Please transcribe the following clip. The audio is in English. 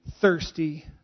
thirsty